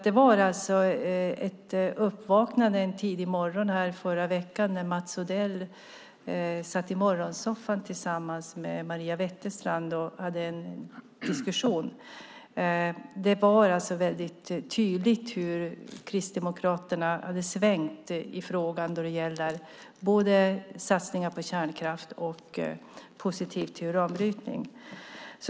Det var alltså ett uppvaknande en tidig morgon i förra veckan när Mats Odell satt i morgonsoffan tillsammans med Maria Wetterstrand och hade en diskussion. Det var väldigt tydligt hur Kristdemokraterna hade svängt i frågan när det gäller satsningar på kärnkraft och att vara positiva till uranbrytning.